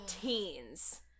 teens